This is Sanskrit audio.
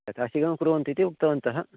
यथा शीघ्रं कुर्वन्तु इति उक्तवन्तः